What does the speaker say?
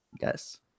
Yes